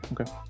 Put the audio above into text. Okay